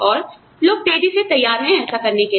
और लोग तेजी से तैयार हैं ऐसा करने के लिए